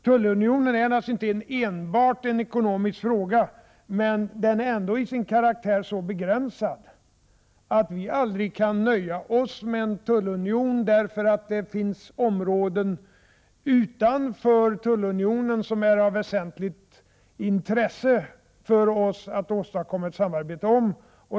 Tullunionen är naturligtvis inte enbart en ekonomisk fråga, men den är ändå till sin karaktär så begränsad att vi aldrig kan nöja oss med en tullunion. Det finns områden utanför tullunionen som det är av väsentligt intresse för oss att åstadkomma ett samarbete omkring.